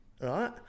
right